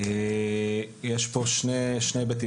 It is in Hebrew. יש פה שני היבטים,